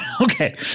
Okay